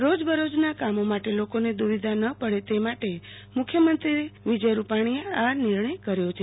રોજબરોજના કામો માટે લોકોને દુવિધા ન પડે તે માટે મુખ્યમંત્રી વિજય રૂપાણીએ આ નિર્ણય કર્યો છે